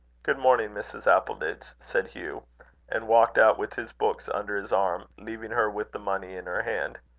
good morning, mrs. appleditch, said hugh and walked out with his books under his arm, leaving her with the money in her hand.